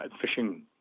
fishing